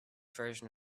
version